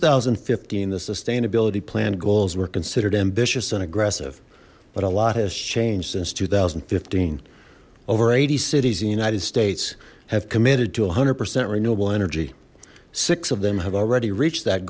thousand and fifteen the sustainability plan goals were considered ambitious and aggressive but a lot has changed since two thousand and fifteen over eighty cities in the united states have committed to a hundred percent renewable energy six of them have already reached that